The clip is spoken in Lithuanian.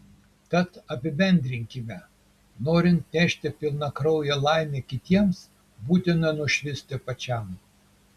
tad apibendrinkime norint nešti pilnakrauję laimę kitiems būtina nušvisti pačiam